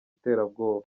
iterabwoba